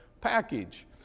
package